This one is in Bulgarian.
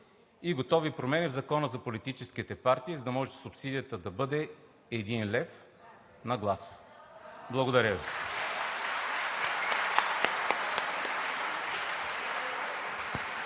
и готови промени в Закона за политическите партии, за да може субсидията да бъде един лев на глас. Благодаря Ви.